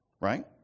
right